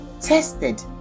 tested